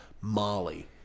Molly